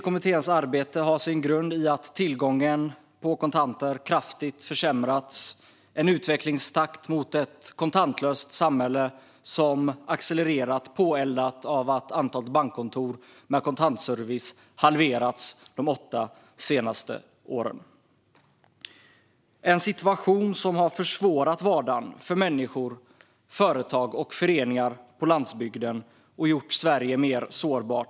Kommitténs arbete har sin grund i att tillgången på kontanter kraftigt försämrats. Det är en utvecklingstakt mot ett kontantlöst samhälle som har accelererat, påeldat av att antalet bankkontor med kontantservice har halverats de senaste åtta åren. Det är en situation som har försvårat vardagen för människor, företag och föreningar på landsbygden och har gjort Sverige mer sårbart.